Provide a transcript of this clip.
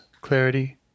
Clarity